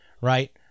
right